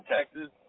Texas